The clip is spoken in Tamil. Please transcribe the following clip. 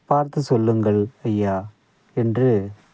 பார்த்து சொல்லுங்கள் ஐயா என்று